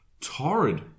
torrid